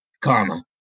karma